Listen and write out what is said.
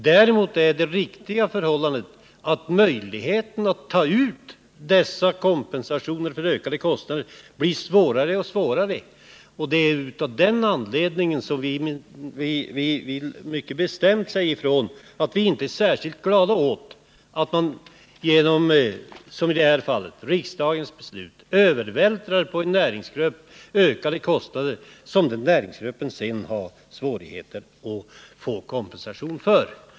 Det verkliga förhållandet är att det blir svårare och svårare att ta ut kompensation för ökade kostnader. Av den anledningen vill vi mycket bestämt säga ifrån att vi inte är särskilt glada åt att man, som i det här fallet, genom riksdagens beslut övervältrar ökade kostnader på en näringsgren, kostnader som den näringsgrenen sedan har svårt att få kompensation för.